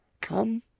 come